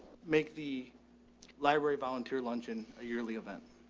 make the library volunteer luncheon a yearly event.